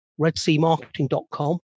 redseamarketing.com